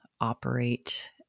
operate